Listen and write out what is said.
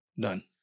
Done